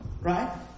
right